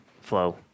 flow